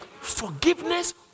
Forgiveness